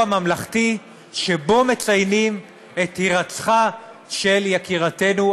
ממלכתי שבו מציינים את הירצחה של יקירתנו,